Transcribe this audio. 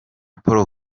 paul